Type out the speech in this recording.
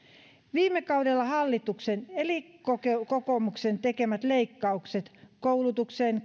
viime kaudella hallituksen eli kokoomuksen tekemät leikkaukset koulutukseen